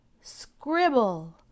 scribble